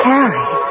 Carrie